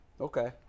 Okay